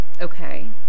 Okay